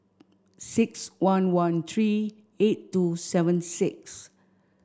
six one one three eight two seven six